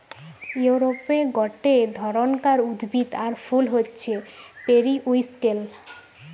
ইউরোপে গটে ধরণকার উদ্ভিদ আর ফুল হচ্ছে পেরিউইঙ্কেল